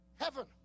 heaven